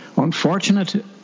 unfortunate